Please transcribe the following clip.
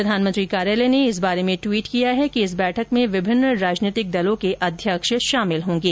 प्रधानमंत्री कार्यालय ने इस बारे में ट्वीट किया है इस बैठक में विभिन्न राजनीतिक दलों के अध्यक्ष शामिल होंगे